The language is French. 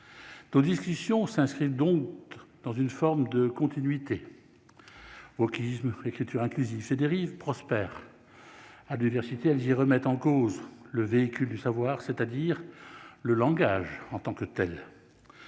nos discussions s'inscrivent donc dans une forme de continuité pour qui je me fais l'écriture inclusive ces dérives prospère à l'université Alger remettent en cause le véhicule du savoir, c'est-à-dire le langage en tant que telle,